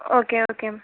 okay okay ma'am